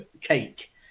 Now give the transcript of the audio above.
cake